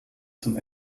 zum